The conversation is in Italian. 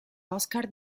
oscar